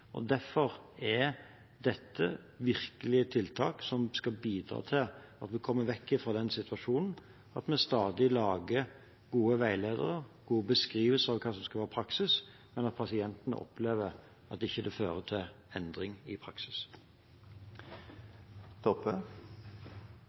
Derfor er dette virkelig tiltak som skal bidra til at vi kommer vekk fra den situasjonen at vi stadig lager gode veiledere, gode beskrivelser av hva som skal være praksis, men at pasientene opplever at det ikke fører til endring i praksis.